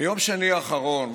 ביום שני האחרון,